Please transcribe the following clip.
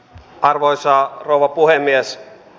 arvoisa rouva puhemies